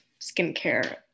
skincare